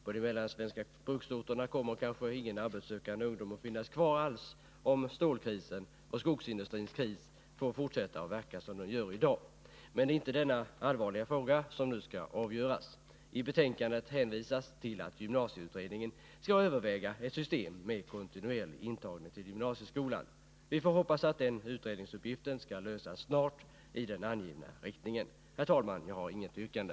På de mellansvenska bruksorterna kommer kanske ingen arbetssökande att finnas kvar alls om stålkrisen och skogsindustrins kris får fortsätta att verka som i dag. Men det är inte denna allvarliga fråga som nu skall avgöras. I betänkandet hänvisas till att gymnasieutredningen skall överväga ett system med kontinuerlig intagning till gymnasieskolan. Vi får hoppas att den utredningsuppgiften skall lösas snart i den angivna riktningen. Herr talman! Jag har inget yrkande.